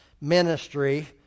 ministry